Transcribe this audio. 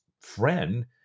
Friend